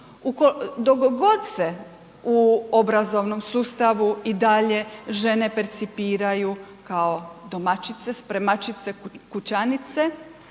Dok god se u obrazovnom sustavu i dalje žene percipiraju kao domaćice, spremačice, kućanice,